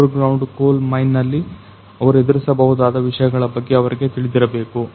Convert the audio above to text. under ground coal mine ನಲ್ಲಿ ಅವರು ಎದುರಿಸಬಹುದಾದ ವಿಷಯಗಳ ಬಗ್ಗೆ ಅವರಿಗೆ ತಿಳಿದಿರಬೇಕು